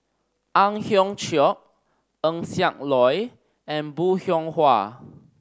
Ang Hiong Chiok Eng Siak Loy and Bong Hiong Hwa